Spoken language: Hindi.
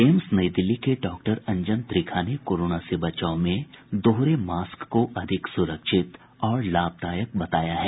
एम्स नई दिल्ली के डॉक्टर अंजन त्रिखा ने कोरोना से बचाव में दोहरे मास्क को अधिक सुरक्षित और लाभदायक बताया है